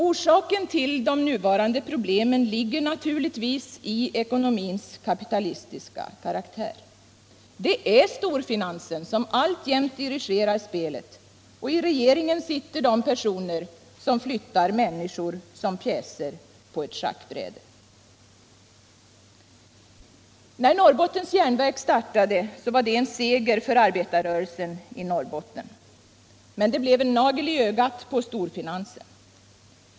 Orsaken till de nuvarande problemen ligger naturligtvis i ekonomins kapitalistiska karaktär. Det är storfinansen som alltjämt dirigerar spelet, och i regeringen sitter de personer som flyttar människor som pjäser på ett schackbräde. När Norrbottens Järnverk AB startade var det en seger för arbetarrörelsen i Norrbotten. Men det blev en nagel i ögat på storfinansen.